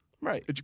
Right